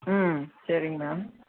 ம் சரிங்க மேம்